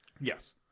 yes